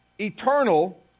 eternal